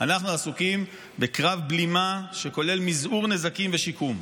אנחנו עסוקים בקרב בלימה שכולל מזעור נזקים ושיקום.